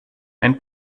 ein